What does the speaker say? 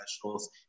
professionals